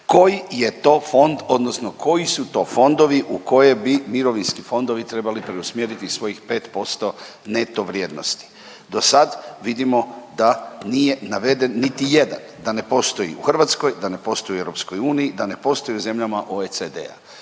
koji su to fondovi u koje bi mirovinski fondovi trebali preusmjeriti svojih 5% neto vrijednosti. Do sad vidimo da nije naveden niti jedan, da ne postoji u Hrvatskoj, da ne postoji u EU, da ne postoji u zemljama OECD-a,